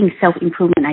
self-improvement